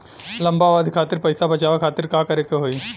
लंबा अवधि खातिर पैसा बचावे खातिर का करे के होयी?